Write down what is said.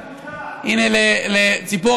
לציפורה,